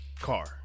car